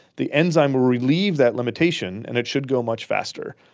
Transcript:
the enzyme will relieve that limitation and it should go much faster.